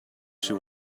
she